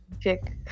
check